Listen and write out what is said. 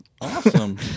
Awesome